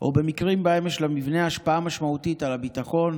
או במקרים שבהם יש למבנה השפעה משמעותית על הביטחון,